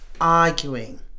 arguing